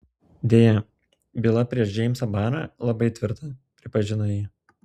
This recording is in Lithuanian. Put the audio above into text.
deja byla prieš džeimsą barą labai tvirta pripažino ji